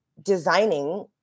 designing